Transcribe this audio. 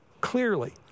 clearly